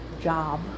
job